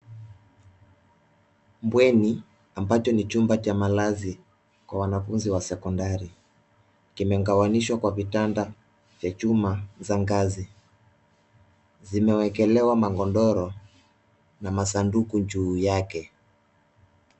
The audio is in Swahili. Bweni ambacho ni chumba cha Malazi kwa wanafunzi wa sekondari kimegawanyishwa kwa vitanda vya chuma vya ngazi zimewekelewa magodoro na masanduku juu yake.